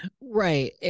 Right